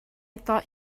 thought